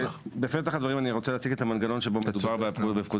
בפתח הדברים אני רוצה להציג את המנגנון שבו מדובר בפקודת